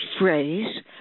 phrase